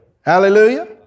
Hallelujah